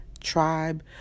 tribe